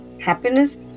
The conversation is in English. Happiness